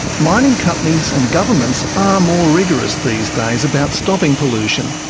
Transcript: mining companies and governments are more rigorous these days about stopping pollution,